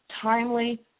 timely